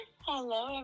Hello